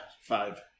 five